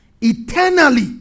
eternally